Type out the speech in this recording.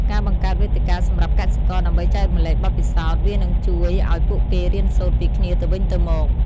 ការបង្កើតវេទិកាសម្រាប់កសិករដើម្បីចែករំលែកបទពិសោធន៍ វានឹងជួយឱ្យពួកគេរៀនសូត្រពីគ្នាទៅវិញទៅមក។